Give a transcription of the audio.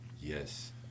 yes